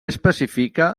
especifica